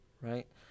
right